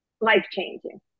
life-changing